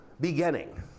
beginning